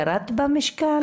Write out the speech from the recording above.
ירדת במשקל?